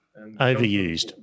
Overused